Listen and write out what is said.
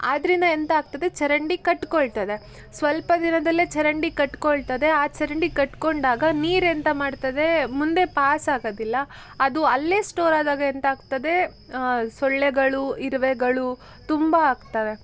ಅದರಿಂದ ಎಂತ ಆಗ್ತದೆ ಚರಂಡಿ ಕಟ್ಟಿಕೊಳ್ತದೆ ಸ್ವಲ್ಪ ದಿನದಲ್ಲೇ ಚರಂಡಿ ಕಟ್ಟಿಕೊಳ್ತದೆ ಆ ಚರಂಡಿ ಕಟ್ಟಿಕೊಂಡಾಗ ನೀರೆಂತ ಮಾಡ್ತದೆ ಮುಂದೆ ಪಾಸಾಗೋದಿಲ್ಲ ಅದು ಅಲ್ಲೇ ಸ್ಟೋರ್ ಆದಾಗ ಎಂತ ಆಗ್ತದೆ ಸೊಳ್ಳೆಗಳು ಇರುವೆಗಳು ತುಂಬ ಆಗ್ತವೆ